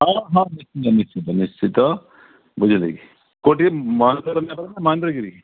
ହଁ ହଁ ନିଶ୍ଚିିତ ନିଶ୍ଚିତ ନିଶ୍ଚିତ ବୁଝିଲ କିି କେଉଁଠି ମହେନ୍ଦ୍ର ନା ମହେନ୍ଦ୍ରଗିରି